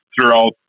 throughout